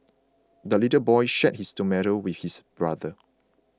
the little boy shared his tomato with his brother